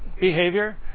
behavior